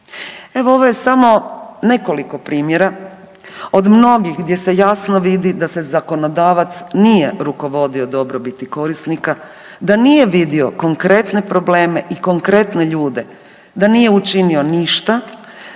Evo, ovo je samo nekoliko primjera od mnogih di se jasno vidi da se zakonodavac nije rukovodio dobrobiti korisnika, da nije vidio konkretne probleme i konkretne ljude. Da nije učinio ništa